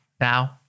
Now